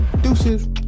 Deuces